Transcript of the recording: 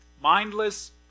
Mindless